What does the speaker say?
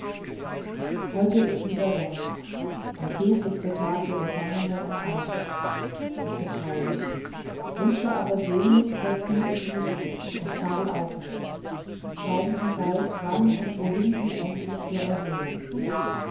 heute ist wieder sonntag der tötlichste tag für gefangene und einsame ich bin traurig wünsche aber sehnlichst daß sie es nicht sind und karl auch nicht schreiben sie bald wann und wohin sie endlich zur erholung gehen